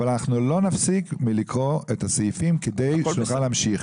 אבל לא נפסיק לקרוא את הסעיפים וזאת כדי שנוכל להמשיך.